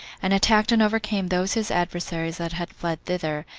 and attacked and overcame those his adversaries that had fled thither,